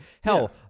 Hell